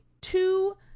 two